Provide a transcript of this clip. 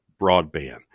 broadband